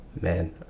Man